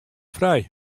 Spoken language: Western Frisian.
frij